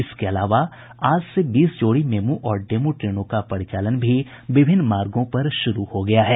इसके अलावा आज से बीस जोड़ी मेमू और डेमू ट्रेनों का परिचालन भी विभिन्न मार्गों पर शुरू हो गया है